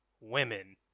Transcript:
women